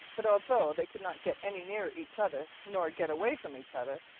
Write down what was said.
but although they could not get any nearer each other, nor get away from each other,